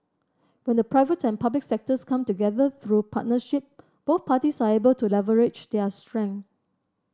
when the private and public sectors come together through partnership both parties are able to leverage their strengths